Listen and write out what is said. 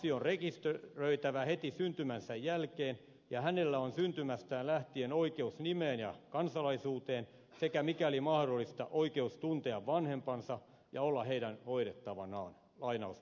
lapsi on rekisteröitävä heti syntymänsä jälkeen ja hänellä on syntymästään lähtien oikeus nimeen ja kansalaisuuteen sekä mikäli mahdollista oikeus tuntea vanhempansa ja olla heidän hoidettavanaan